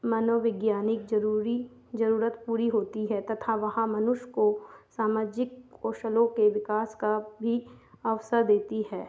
मनोवैज्ञानिक ज़रूरी ज़रूरत पूरी होती है तथा वहाँ मनुष्य को सामाजिक कौशलों के विकास का भी अवसर देती है